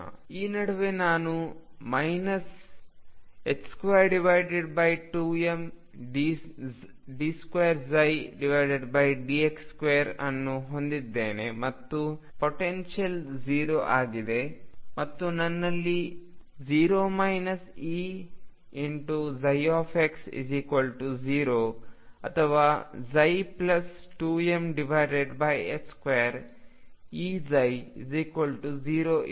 ಈ ನಡುವೆ ನಾನು ಮೈನಸ್ 22md2dx2 ಅನ್ನು ಹೊಂದಿದ್ದೇನೆ ಮತ್ತು ಪೊಟೆನ್ಶಿಯಲ್ 0 ಆಗಿದೆ ಮತ್ತು ನನ್ನಲ್ಲಿ 0 Ex0 ಅಥವಾ2m2Eψ0 ಇದೆ